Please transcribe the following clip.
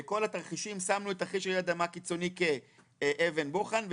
בכל התרחישים שמנו תרחיש אדמה קיצוני כאבן בוחן,